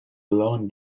loan